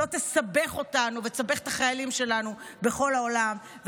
שלא תסבך אותנו ותסבך את החיילים שלנו בכל העולם,